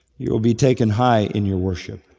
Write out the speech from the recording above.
you will be taken high in your worship.